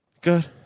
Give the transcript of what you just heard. Good